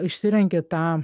išsirenki tą